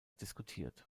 diskutiert